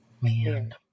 Man